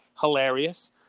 Hilarious